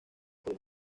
color